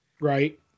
Right